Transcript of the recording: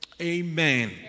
amen